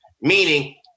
Meaning